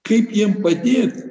kaip jiem padėt